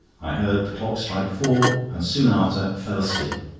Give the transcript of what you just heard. i heard the clock strike four, and soon after fell asleep,